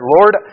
Lord